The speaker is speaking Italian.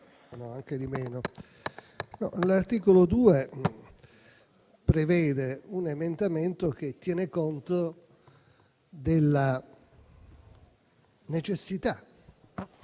L'articolo 2 prevede un emendamento che tiene conto della necessità,